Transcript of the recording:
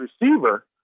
receiver